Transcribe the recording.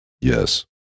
Yes